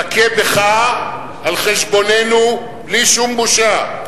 תכה בך על חשבוננו, בלי שום בושה.